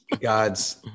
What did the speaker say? God's